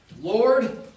Lord